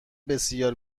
بسیار